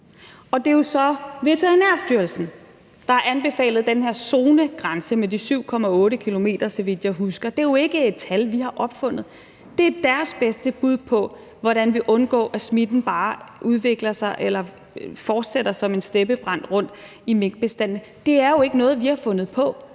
det er jo så Fødevarestyrelsen, der har anbefalet den her zonegrænse med de 7,8 km, så vidt jeg husker. Det er jo ikke et tal, vi har opfundet. Det er deres bedste bud på, hvordan vi undgår, at smitten bare udvikler sig eller fortsætter som en steppebrand rundt i minkbestandene. Det er jo ikke noget, vi har fundet på.